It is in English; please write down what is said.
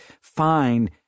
fine